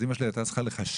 אז אמא שלי הייתה צריכה לחשב,